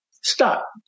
stop